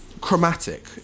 chromatic